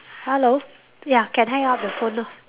hello ya can hang up the phone